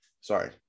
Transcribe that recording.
Sorry